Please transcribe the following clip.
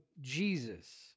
Jesus